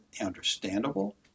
understandable